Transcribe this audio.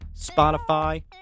Spotify